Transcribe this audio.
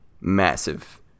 massive